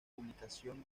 publicación